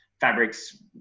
fabrics